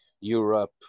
Europe